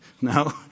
no